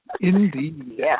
Indeed